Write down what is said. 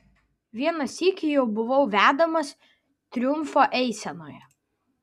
vieną sykį jau buvau vedamas triumfo eisenoje